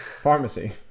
Pharmacy